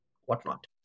whatnot